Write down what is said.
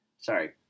Sorry